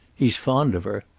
he's fond of her.